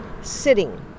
sitting